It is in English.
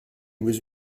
was